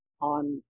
on